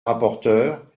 rapporteure